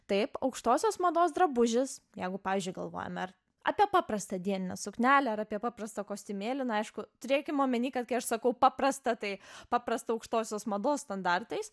taip aukštosios mados drabužis jeigu pavyzdžiui galvojame apie paprastą dieninę suknelę ar apie paprastą kostiumėlį na aišku turėkim omeny kad kai aš sakau paprastą tai paprastą aukštosios mados standartais